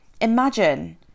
Imagine